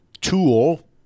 tool